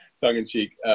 tongue-in-cheek